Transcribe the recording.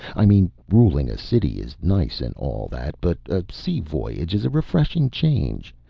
i mean ruling a city is nice and all that, but a sea voyage is a refreshing change.